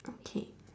okay